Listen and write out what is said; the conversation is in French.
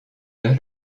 vers